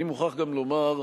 אני מוכרח גם לומר,